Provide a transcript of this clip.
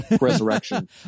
resurrection